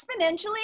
exponentially